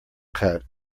cut